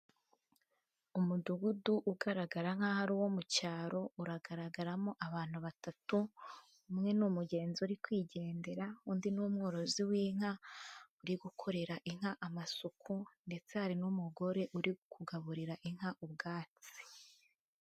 Umudugudu ugaragara nk'aho ari uwo mu cyaro, uragaragaramo abantu batatu, umwe n' umugenzi uri kwigendera, undi ni umworozi w'inka uri gukorera inka amasuku, ndetse hari n'umugore uri kugaburira inka ubwatsi.